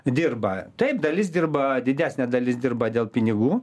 dirba taip dalis dirba didesnė dalis dirba dėl pinigų